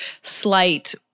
slight